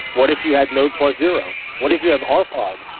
what if you had node zero what if you have our fog?